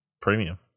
Premium